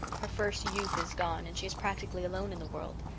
her first youth is gone and she is practically alone in the world.